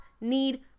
need